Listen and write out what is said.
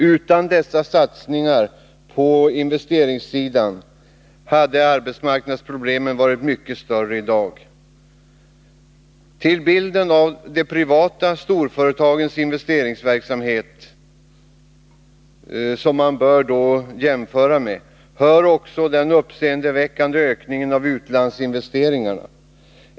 Utan dessa satsningar på investeringssidan hade arbetsmarknadsproblemen i dag varit mycket större. Till bilden av de privata storföretagens investeringsverksamhet, som man bör jämföra med, hör också den uppseendeväckande ökningen av utlandsinvesteringarna.